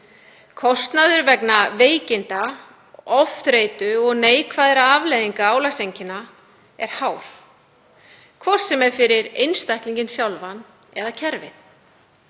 Kostnaður vegna veikinda, ofþreytu og neikvæðra afleiðinga álagseinkenna er hár, hvort sem er fyrir einstaklinginn sjálfan eða kerfið.